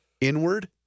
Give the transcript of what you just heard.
inward